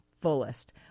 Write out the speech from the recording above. fullest